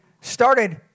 started